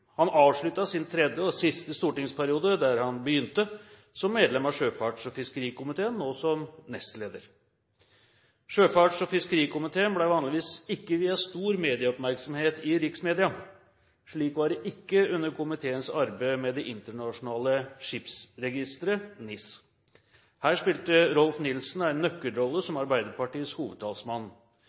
Han avsluttet sin tredje og siste stortingsperiode der han begynte, som medlem av sjøfarts- og fiskerikomiteen, nå som nestleder. Sjøfarts- og fiskerikomiteen ble vanligvis ikke viet stor medieoppmerksomhet i riksmedia. Slik var det ikke under komiteens arbeid med Norsk Internasjonalt Skipsregister . Her spilte Rolf Nilssen en nøkkelrolle som Arbeiderpartiets hovedtalsmann.